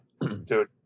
dude